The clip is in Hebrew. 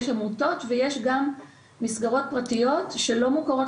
יש עמותות ויש גם מסגרות פרטיות שלא מוכרות